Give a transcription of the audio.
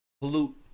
pollute